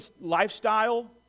lifestyle